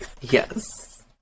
yes